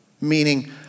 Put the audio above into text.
meaning